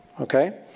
Okay